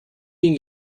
bin